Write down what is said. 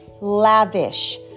lavish